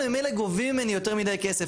וממילא גובים ממני יותר מידי כסף.